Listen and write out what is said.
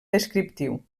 descriptiu